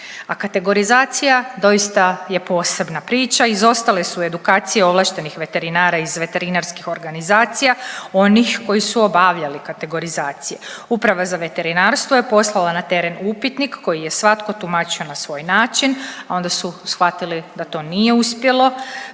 A kategorizacija doista je posebna priča, izostale su edukacije ovlaštenih veterinara iz veterinarskih organizacija, onih koji su obavljali kategorizacije. Uprava za veterinarstvo je poslala na teren upitnik koji je svatko tumačio na svoj način, a onda su shvatili da to nije uspjelo